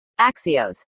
Axios